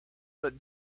but